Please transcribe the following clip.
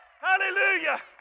Hallelujah